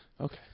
Okay